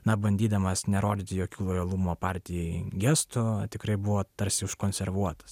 na bandydamas nerodyti jokių lojalumo partijai gestų tikrai buvo tarsi užkonservuotas